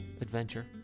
adventure